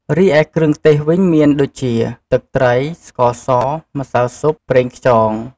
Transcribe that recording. រីឯគ្រឿងទេសវិញមានដូចជា ទឹកត្រី ស្ករស ម្សៅស៊ុប ប្រេងខ្យង។